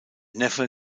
neffe